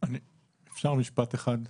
אפשר משפט אחד?